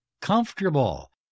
comfortable